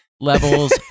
levels